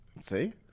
See